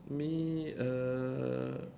me uh